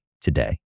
today